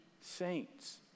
saints